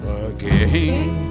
again